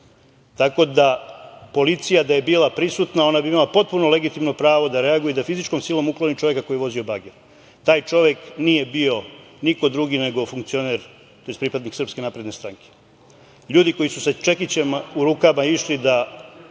da, policija da je bila prisutna ona bi imala potpuno legitimno pravo da reaguje i da fizičkom silom ukloni čoveka koji je vozio bager. Taj čovek nije bio niko drugi nego funkcioner tj. pripadnik SNS. Ljudi koji su sa čekićem u rukama išli da